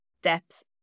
steps